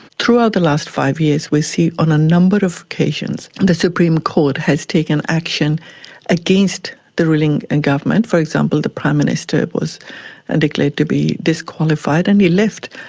throughout the last five years we see on a number of occasions and the supreme court has taken action against the ruling and government, for example the prime minister was and declared to be disqualified and he left.